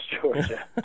Georgia